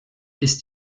ist